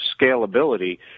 scalability